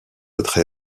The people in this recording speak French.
votre